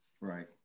right